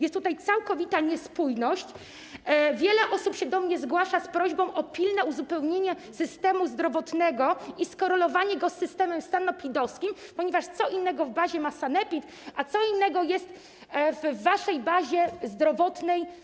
Jest tutaj całkowita niespójność, wiele osób się do mnie zgłasza z prośbą o pilne uzupełnienie systemu zdrowotnego i skorelowanie go z systemem sanepidowskim, ponieważ co innego w bazie ma sanepid, a co innego jest w waszej bazie zdrowotnej.